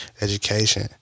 Education